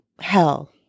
hell